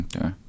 okay